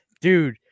Dude